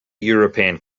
european